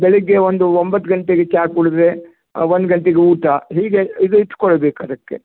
ಬೆಳಿಗ್ಗೆ ಒಂದು ಒಂಬತ್ತು ಗಂಟೆಗೆ ಚಾ ಕುಡಿದ್ರೆ ಒಂದು ಗಂಟೆಗ್ ಊಟ ಹೀಗೆ ಇದು ಇಟ್ಕೊಳ್ಬೇಕು ಅದಕ್ಕೆ